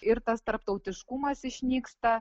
ir tas tarptautiškumas išnyksta